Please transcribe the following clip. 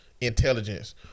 intelligence